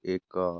ଏକ